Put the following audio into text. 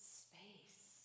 space